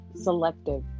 selective